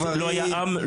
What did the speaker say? לא היה עם,